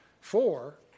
four